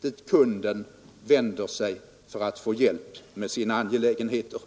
dit kunden vänder sig för att få hjälp med sina angelägenheter.